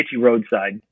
roadside